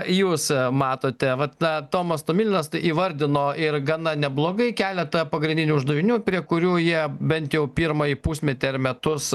jūs matote vat na tomas tomilinas tai įvardino ir gana neblogai keletą pagrindinių uždavinių prie kurių jie bent jau pirmąjį pusmetį ar metus